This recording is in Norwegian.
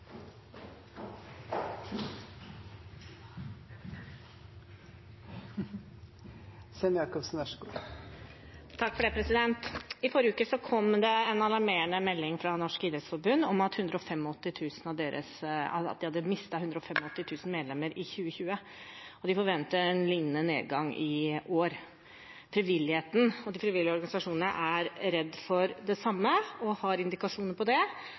I forrige uke kom det en alarmerende melding fra Norges idrettsforbund om at de hadde mistet 185 000 medlemmer i 2020, og de forventer en lignende nedgang i år. Frivilligheten og de frivillige organisasjonene er redde for det samme og har indikasjoner på det.